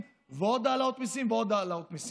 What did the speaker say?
ועוד העלאות מיסים ועוד העלאות מיסים.